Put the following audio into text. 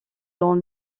dans